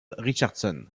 richardson